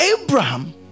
Abraham